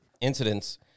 incidents